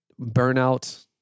burnout